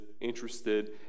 interested